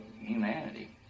humanity